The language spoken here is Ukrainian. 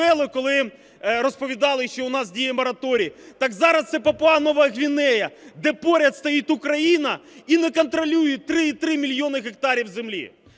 коли розповідали, що у нас діє мораторій. Так зараз це Папуа-Нова Гвінея, де поряд стоїть Україна і не контролюють 3,3 мільйони гектарів землі.